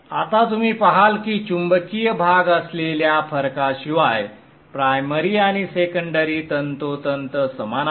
आता तुम्ही पहाल की चुंबकीय भाग असलेल्या फरकाशिवाय प्रायमरी आणि सेकंडरी तंतोतंत समान आहेत